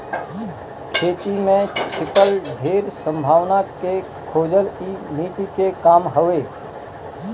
खेती में छिपल ढेर संभावना के खोजल इ नीति के काम हवे